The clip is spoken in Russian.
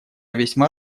весьма